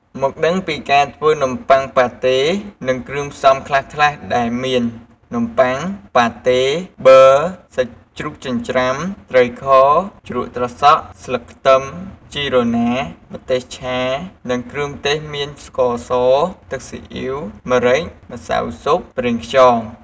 មកដឹងពីការធ្វើនំប័ុងប៉ាតេនិងគ្រឿងផ្សំខ្លះៗដែលមាន នំបុ័ង ប៉ាតេ ប័រ សាច់ជ្រូកចិញ្រ្ចាំ ត្រីខ ជ្រក់ត្រសក់ ស្លឹកខ្ទឹម ជីរណា ម្ទេសឆា និងគ្រឿងទេសមាន ស្ករស ទឹកសុីអ៉ីវ ម្រេច ម្សៅស៊ុប ប្រេងខ្យង។